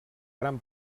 gran